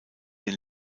den